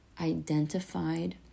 identified